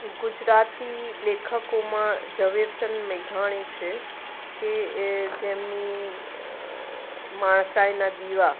ગુજરાતી લેખકોમાં ઝવેરચંદ મેઘાણી છે કે એ જેમની માણસાઈના દીવા